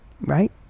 right